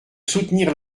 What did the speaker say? soutenir